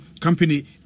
company